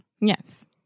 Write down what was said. Yes